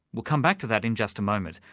we'll come back to that in just a moment.